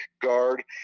guard